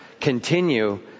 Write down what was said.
continue